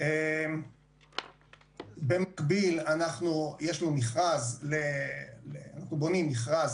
במקביל אנחנו בונים מכרז